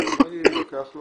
הוא אומר שלוקח לו